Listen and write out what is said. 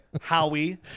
Howie